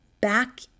back